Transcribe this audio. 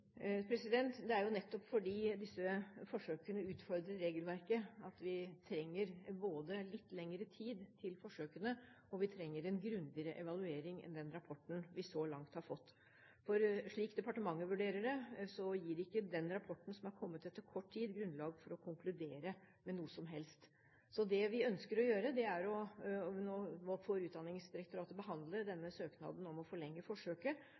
Det er nettopp fordi disse forsøkene utfordrer regelverket at vi trenger både litt lengre tid til forsøkene og en grundigere evaluering enn den rapporten vi så langt har fått. For slik departementet vurderer det, gir ikke den rapporten som har kommet etter kort tid, grunnlag for å konkludere med noe som helst. Nå får Utdanningsdirektoratet behandle søknaden om å forlenge forsøket. Og så må vi